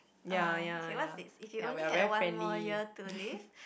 um okay what's this if you only had one more year to live